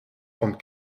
trente